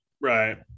Right